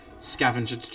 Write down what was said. scavenger